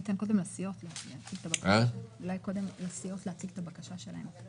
אולי קודם ניתן לסיעות להציג את הבקשה שלהן.